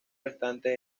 restantes